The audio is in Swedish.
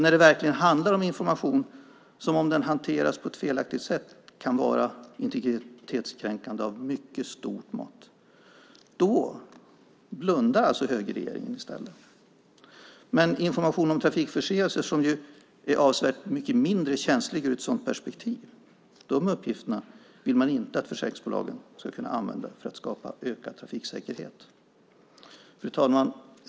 När det verkligen handlar om information som om den hanteras på ett felaktigt sätt kan vara integritetskränkande i mycket stort mått blundar högerregeringen alltså i stället. Men information om trafikförseelser, som är avsevärt mycket mindre känslig ur ett sådant perspektiv, vill man inte att försäkringsbolagen ska kunna använda för att skapa ökad trafiksäkerhet. Fru talman!